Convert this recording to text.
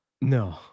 No